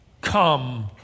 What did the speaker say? come